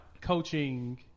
coaching